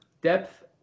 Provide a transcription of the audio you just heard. depth